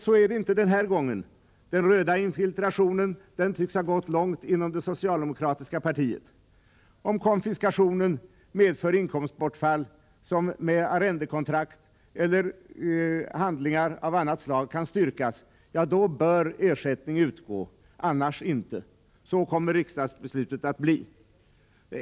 Så är det inte den här gången, då den röda infiltrationen tycks ha gått långt inom det socialdemokratiska partiet. Om konfiskationen medför inkomstbortfall, som med arrendekontrakt eller handlingar av annat slag kan styrkas, bör ersättning utgå, annars inte. Så kommer riksdagen att besluta.